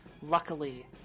luckily